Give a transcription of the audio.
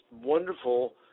wonderful